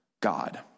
God